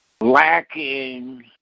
lacking